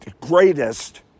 greatest